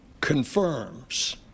confirms